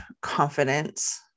confidence